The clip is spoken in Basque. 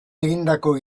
egindako